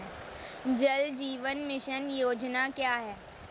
जल जीवन मिशन योजना क्या है?